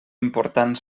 important